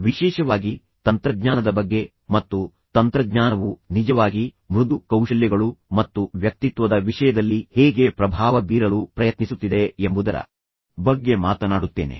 ವಿಶೇಷವಾಗಿ ತಂತ್ರಜ್ಞಾನದ ಬಗ್ಗೆ ಮತ್ತು ತಂತ್ರಜ್ಞಾನವು ನಿಜವಾಗಿ ಮೃದು ಕೌಶಲ್ಯಗಳು ಮತ್ತು ವ್ಯಕ್ತಿತ್ವದ ವಿಷಯದಲ್ಲಿ ಹೇಗೆ ಪ್ರಭಾವ ಬೀರಲು ಪ್ರಯತ್ನಿಸುತ್ತಿದೆ ಎಂಬುದರ ಬಗ್ಗೆ ಮಾತನಾಡುತ್ತೇನೆ